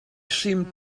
seemed